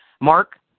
Mark